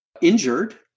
injured